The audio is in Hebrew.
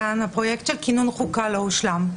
הפרויקט של כינון חוקה לא הושלם.